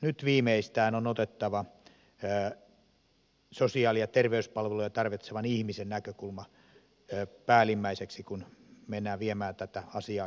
nyt viimeistään on otettava sosiaali ja terveyspalveluja tarvitsevan ihmisen näkökulma päällimmäiseksi kun mennään viemään tätä asiaa käytäntöön